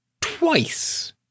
twice